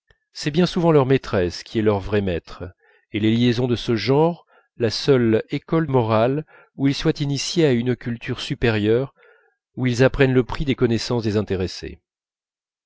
c'est bien souvent leur maîtresse qui est leur vrai maître et les liaisons de ce genre la seule école morale où ils soient initiés à une culture supérieure où ils apprennent le prix des connaissances